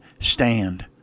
stand